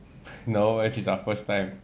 no this is our first time